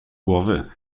głowy